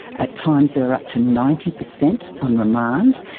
at times there are up to ninety percent on remand.